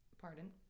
Pardon